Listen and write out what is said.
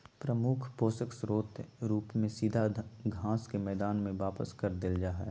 प्रमुख पोषक स्रोत रूप में सीधा घास के मैदान में वापस कर देल जा हइ